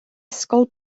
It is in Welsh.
ysgol